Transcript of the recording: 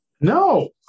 No